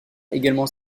également